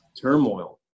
turmoil